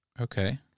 Okay